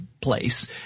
place